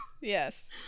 yes